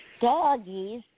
doggies